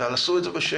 אבל עשו את זה בשקט.